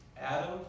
Adam